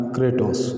Kratos